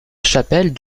chapelle